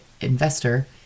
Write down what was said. investor